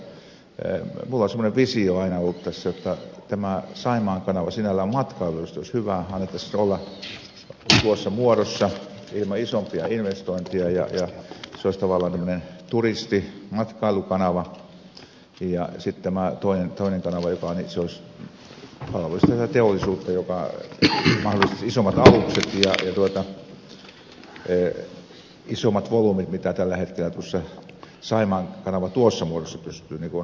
minulla on semmoinen visio aina ollut tässä jotta tämä saimaan kanava sinällään matkailullisesti olisi hyvä annettaisiin sen olla tuossa muodossa ilman isompia investointeja ja se olisi tavallaan tämmöinen turisti matkailukanava ja sitten tämä toinen kanava palvelisi teollisuutta joka mahdollistaisi isommat alukset ja isommat volyymit kuin mitä tällä hetkellä saimaan kanava tuossa muodossaan pystyy mahdollistamaan